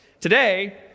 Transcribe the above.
Today